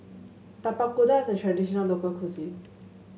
Tapak Kuda is a traditional local cuisine